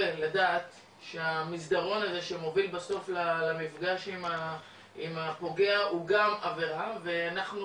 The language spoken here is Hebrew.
לדעת שהמסדרון הזה שמוביל בסוף למפגש עם הפוגע הוא גם עבירה ואנחנו